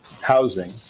housing